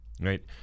right